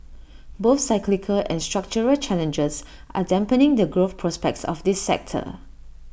both cyclical and structural challenges are dampening the growth prospects of this sector